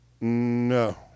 No